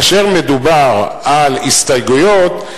כאשר מדובר על הסתייגויות,